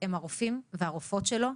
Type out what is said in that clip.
הם הרופאים והרופאות שלו,